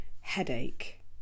headache